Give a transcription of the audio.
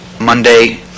Monday